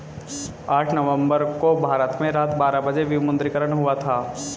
आठ नवम्बर को भारत में रात बारह बजे विमुद्रीकरण हुआ था